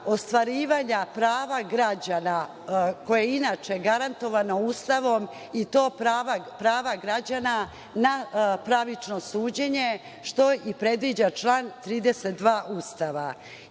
ostvarivanja prava građana koje je, inače, garantovano Ustavom i to prava građana na pravično suđenje, što i predviđa član 32 Ustava. Moram